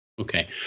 Okay